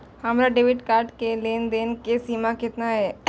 हमार debit card के लेन देन के सीमा केतना ये?